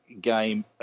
game